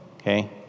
okay